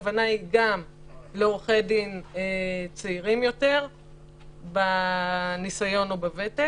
הכוונה היא גם לעורכי דין צעירים יותר בניסיון או בוותק